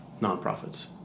nonprofits